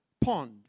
pond